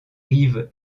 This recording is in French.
rives